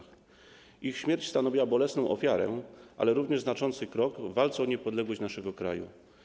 Ich śmierć stanowiła bolesną ofiarę, ale również znaczący krok w walce o niepodległość naszego kraju.